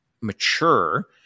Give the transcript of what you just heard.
mature